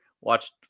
watched